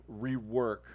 rework